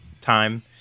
time